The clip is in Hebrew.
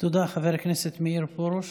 תודה, חבר הכנסת מאיר פרוש.